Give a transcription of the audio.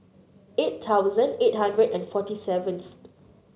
eight thousand eight hundred and forty seventh